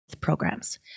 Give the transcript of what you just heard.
programs